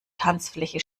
tanzfläche